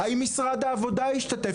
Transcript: האם משרד העבודה השתתף?